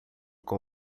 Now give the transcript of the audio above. com